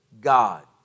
God